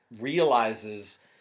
realizes